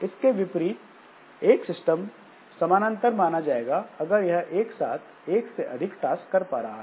इसके विपरीत एक सिस्टम समानांतर माना जाएगा अगर यह एक साथ एक से अधिक टास्क कर पा रहा है